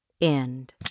end